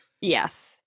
yes